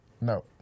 No